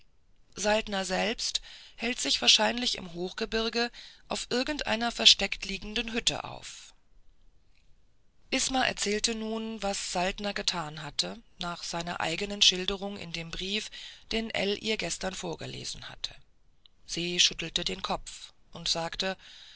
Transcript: saltner selbst hält sich wahrscheinlich im hochgebirge auf irgendeiner versteckt liegenden hütte auf isma erzählte nun was saltner getan hatte nach seiner eigenen schilderung in dem brief den ell ihr gestern vorgelesen hatte se schüttelte den kopf und sagte